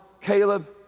Caleb